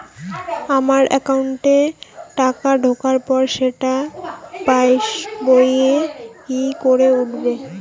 আমার একাউন্টে টাকা ঢোকার পর সেটা পাসবইয়ে কি করে উঠবে?